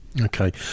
Okay